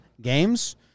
games